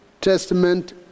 Testament